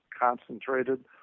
concentrated